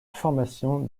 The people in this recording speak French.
formation